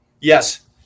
Yes